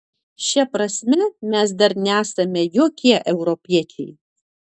šia prasme mes dar nesame jokie europiečiai